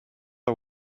are